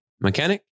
mechanic